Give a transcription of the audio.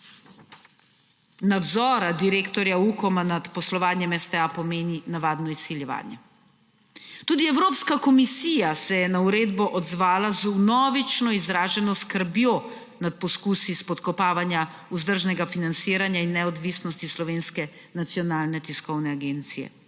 nadzora direktorja UKOM-a nad poslovanjem STA pomeni navadno izsiljevanje. Tudi Evropska komisija se je na uredbo odzvala z vnovično izraženo skrbjo nad poskusi spodkopavanja vzdržnega financiranja in neodvisnosti Slovenske nacionalne tiskovne agencije.